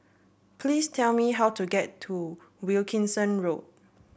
please tell me how to get to Wilkinson Road